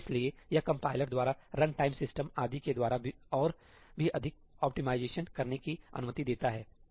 इसलिए यह कंपाइलर द्वारा रन टाइम सिस्टम आदि के द्वारा और भी अधिक ऑप्टिमाइजेशनकरने की अनुमति देता है